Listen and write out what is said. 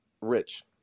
rich